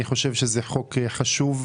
אני חושב שזה חוק חשוב,